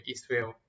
Israel